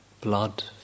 blood